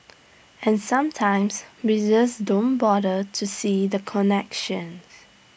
and sometimes we this don't bother to see the connections